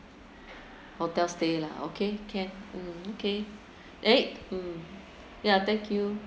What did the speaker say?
hotel stay lah okay can okay eh yeah thank you